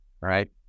right